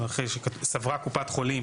'סברה קופת חולים,